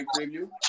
preview